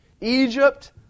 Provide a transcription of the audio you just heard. Egypt